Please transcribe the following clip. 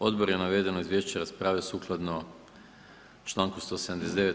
Odbor je navedeno izvješće raspravio sukladno članku 179.